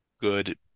good